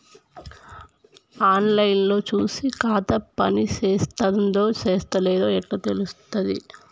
On line లో చూసి ఖాతా పనిచేత్తందో చేత్తలేదో ఎట్లా తెలుత్తది?